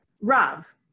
rav